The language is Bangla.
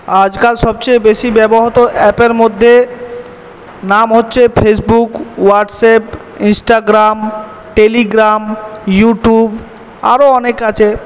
আজকাল সবচেয়ে বেশি ব্যবহৃত অ্যাপের মধ্যে নাম হচ্ছে Facebook WhatsApp Instagram Telegram YouTube আরও অনেক আছে